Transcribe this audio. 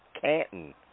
Canton